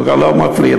לא מפליא.